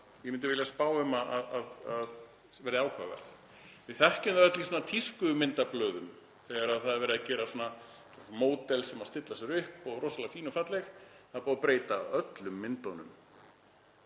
ég myndi vilja spá um að verði áhugaverð. Við þekkjum það öll í tískumyndablöðum þegar það er verið að gera svona módel sem stilla sér upp og eru rosalega fín og falleg. Það er búið að breyta öllum myndunum